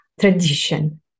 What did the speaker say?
tradition